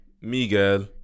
Miguel